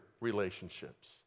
relationships